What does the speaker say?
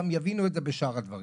גם יבינו את זה בשאר הדברים.